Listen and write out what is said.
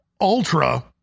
Ultra